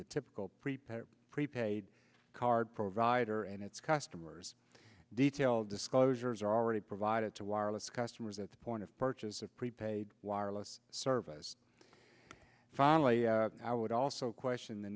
the typical prepaid prepaid card provider and its customers detailed disclosures are already provided to wireless customers at the point of purchase of prepaid wireless service finally i would also question the